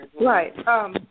Right